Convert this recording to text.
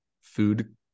food